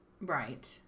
right